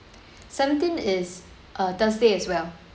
seventeen is a thursday as well